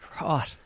Right